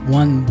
one